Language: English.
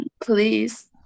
please